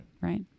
Right